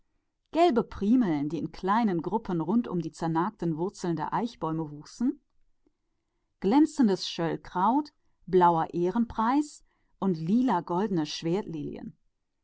gelbe primeln die in kleinen büscheln um die verwitterten wurzeln der eichen wuchsen buntes schellkraut und blauen ehrenpreis und lila und goldene